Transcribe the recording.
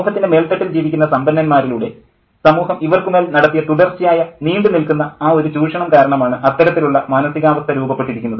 സമൂഹത്തിൻ്റെ മേൽത്തട്ടിൽ ജീവിക്കുന്ന സമ്പന്നന്മാരിലൂടെ സമൂഹം ഇവർക്കുമേൽ നടത്തിയ തുടർച്ചയായ നീണ്ടുനിൽക്കുന്ന ആ ഒരു ചൂഷണം കാരണമാണ് അത്തരത്തിലുള്ള മാനസികാവസ്ഥ രൂപപ്പെട്ടിരിക്കുന്നത്